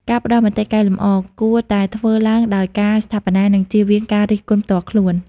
ការផ្ដល់មតិកែលម្អ គួរតែធ្វើឡើងដោយការស្ថាបនា និងជៀសវាងការរិះគន់ផ្ទាល់ខ្លួន។